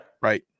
Right